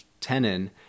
tenon